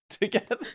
together